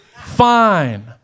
Fine